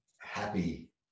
happy